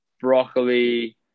broccoli